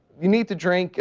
you need to drink